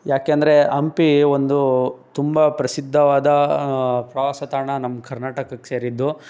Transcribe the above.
ಯಾಕೆ ಅಂದರೆ ಹಂಪಿ ಒಂದು ತುಂಬ ಪ್ರಸಿದ್ಧವಾದ ಪ್ರವಾಸ ತಾಣ ನಮ್ಮ ಕರ್ನಾಟಕಕ್ಕೆ ಸೇರಿದ್ದು